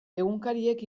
egunkariek